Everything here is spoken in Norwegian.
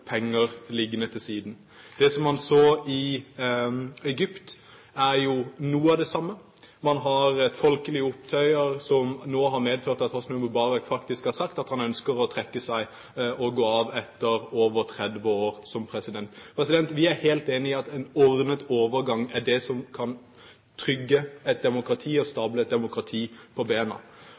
liggende til sides. Det man så i Egypt, er noe av det samme. Man har folkelige opptøyer, som nå har medført at Hosni Mubarak faktisk har sagt at han ønsker å trekke seg og gå av etter over 30 år som president. Vi er helt enige i at en ordnet overgang er det som kan trygge et demokrati og stable et demokrati på bena,